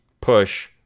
push